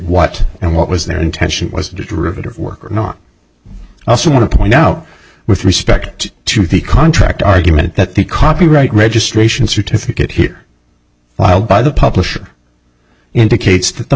what and what was their intention was to do to riveter work or not i also want to point out with respect to the contract argument that the copyright registration certificate here filed by the publisher indicates that the